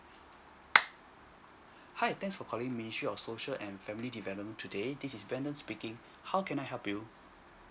hi thanks for calling ministry of social and family development today this is brendon speaking how can I help you